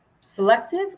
selective